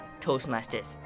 Toastmasters